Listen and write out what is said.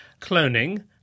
cloning